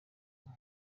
umwe